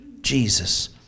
Jesus